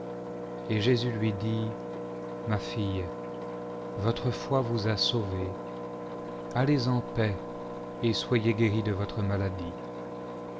et jésus lui dit ma fille votre foi vous a sauvée allez en paix et soyez guérie de votre maladie